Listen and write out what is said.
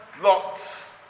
Lot's